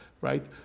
right